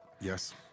Yes